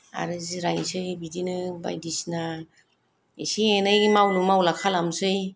आरो जिरायनोसै बिदिनो बायदिसिना इसे एनै मावलु मावला खालामसै